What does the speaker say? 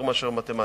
יותר מאשר במתמטיקה.